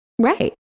Right